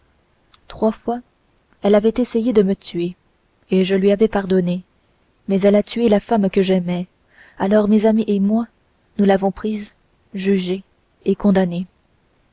trois fois elle avait essayé de me tuer et je lui avais pardonné mais elle a tué la femme que j'aimais alors mes amis et moi nous l'avons prise jugée et condamnée